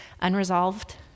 unresolved